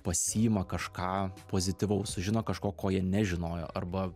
pasiima kažką pozityvaus sužino kažko ko jie nežinojo arba